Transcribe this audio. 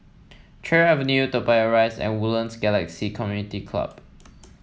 Cherry Avenue Toa Payoh Rise and Woodlands Galaxy Community Club